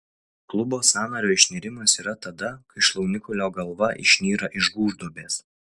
klubo sąnario išnirimas yra tada kai šlaunikaulio galva išnyra iš gūžduobės